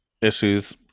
issues